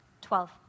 Twelve